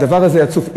הדבר הזה יצוף.